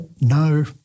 No